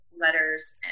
letters